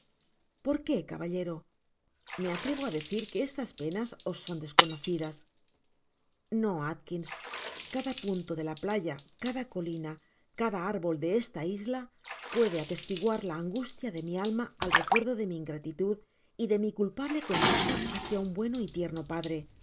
por qué caballero me atrevo á decir que estas pe ñas os son desconocidas no atkins cada punto de la playa cada colina cada árbol de esta isia puede atestiguar la angustia de mi alma al recuerdo de mi ia latitud y de mi culpable conducta bácia un bueno y tierno padre